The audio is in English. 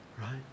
Right